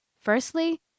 Firstly